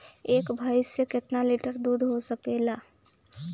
एक भइस से कितना लिटर दूध हो सकेला?